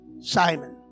Simon